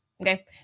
okay